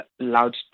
allowed